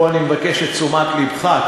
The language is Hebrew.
פה אני מבקש את תשומת לבך,